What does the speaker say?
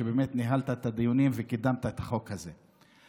שבאמת ניהלת את הדיונים וקידמת את החוק הזה.